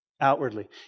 Outwardly